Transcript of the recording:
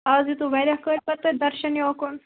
آز دِتوٕ واریاہ کٲلۍ پَتہٕ تۄہہ دَرشَن یوکُن